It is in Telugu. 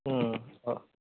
ఓ